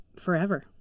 forever